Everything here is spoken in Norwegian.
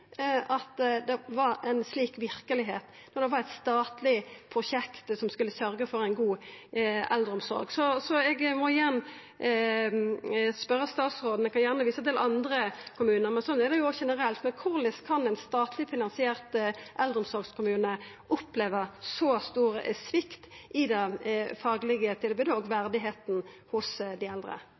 statleg prosjekt, var nettopp å hindra slikt. Det skulle ikkje vera mogleg å ha ei slik verkelegheit med eit statleg prosjekt som skulle sørgja for ei god eldreomsorg. Eg må igjen spørja statsråden – eg kan gjerne visa til andre kommunar, men slik er det generelt: Korleis kan ein statleg finansiert eldreomsorgskommune oppleva så stor svikt i det faglege tilbodet og når det gjeld vørdnaden for dei eldre?